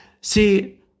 See